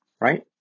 Right